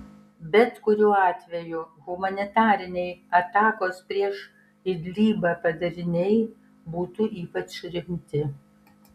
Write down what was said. bet kuriuo atveju humanitariniai atakos prieš idlibą padariniai būtų ypač rimti